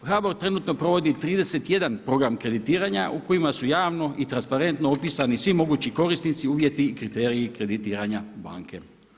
HBOR trenutno provodi 31 program kreditiranja u kojima su javno i transparentno opisani svi mogući korisnici, uvjeti i kriteriji kreditiranja banke.